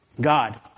God